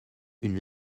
une